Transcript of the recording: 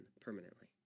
permanently